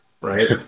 Right